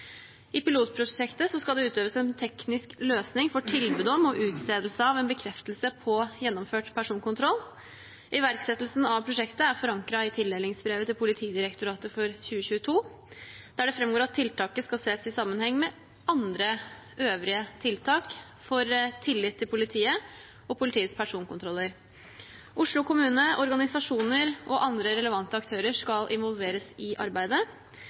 I pilotprosjektet skal det utøves en teknisk løsning for tilbud om og utstedelse av en bekreftelse på gjennomført personkontroll. Iverksettelsen av prosjektet er forankret i tildelingsbrevet til Politidirektoratet for 2022, der det framgår at tiltaket skal ses i sammenheng med øvrige tiltak for økt tillit til politiet og politiets personkontroller. Oslo kommune, organisasjoner og andre relevante aktører skal involveres i arbeidet,